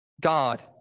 God